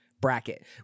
bracket